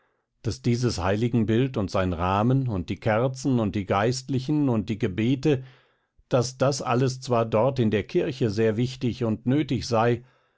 daß dieses heiligenbild und sein rahmen und die kerzen und die geistlichen und die gebete daß das alles zwar dort in der kirche sehr wichtig und nötig sei